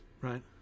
right